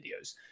videos